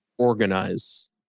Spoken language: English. Organize